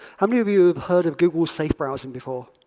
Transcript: how many of you heard of google safe browsing before?